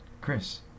Chris